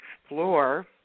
explore